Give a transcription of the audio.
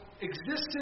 existence